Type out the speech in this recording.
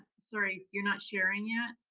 sorry, you're not sharing yet.